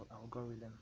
algorithm